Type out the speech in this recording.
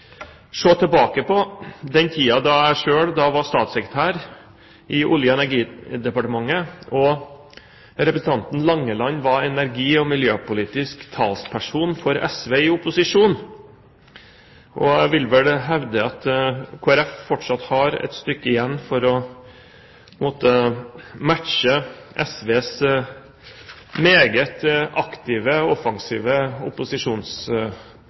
jeg selv var statssekretær i Olje- og energidepartementet og representanten Langeland var energi- og miljøpolitisk talsperson for SV i opposisjon. Jeg vil vel hevde at Kristelig Folkeparti fortsatt har et stykke igjen for å matche SVs meget aktive og offensive